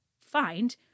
find